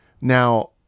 Now